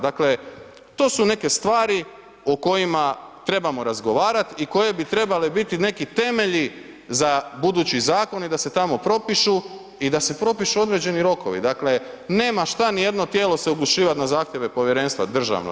Dakle, to su neke stvari o kojima trebamo razgovarat i koje bi trebale biti neki temelji za budući zakon i da se tamo propišu i da se propišu određeni rokovi, dakle, nema šta ni jedno tijelo se oglušivat na zahtjeve povjerenstva, državno.